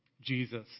jesus